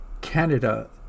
Canada